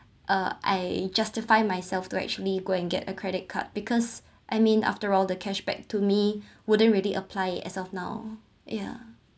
uh I justify myself to actually go and get a credit card because I mean after all the cashback to me wouldn't really apply as of now yeah